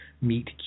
meet